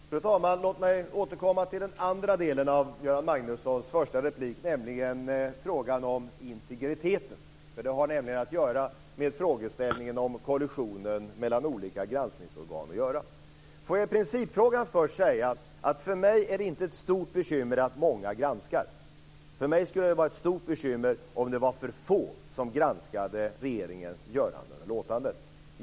Fru talman! Låt mig få återkomma till den andra delen av Göran Magnussons första replik, dvs. till frågan om integriteten. Det har nämligen att göra med frågeställningen om kollisionen mellan olika granskningsorgan. I principfrågan är det för mig inte ett stort bekymmer att många granskar. För mig skulle det i stället vara ett stort bekymmer om det var för få som granskade regeringens göranden och låtanden.